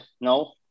no